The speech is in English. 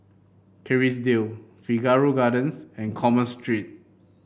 Kerrisdale Figaro Gardens and Commerce Street